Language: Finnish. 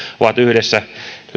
ovat yhdessä